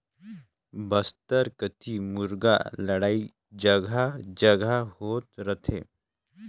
बस्तर कति मुरगा लड़ई जघा जघा होत रथे